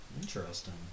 Interesting